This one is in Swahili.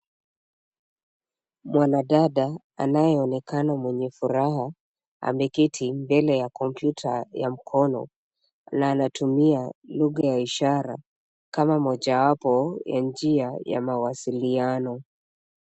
Mwanadada anayeonekana mwenye furaha ameketi mbele ya kompyuta ya mkono na anatumia lugha ya ishara kama mojawapo ya njia ya mawasiliano.